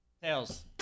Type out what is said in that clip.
Tails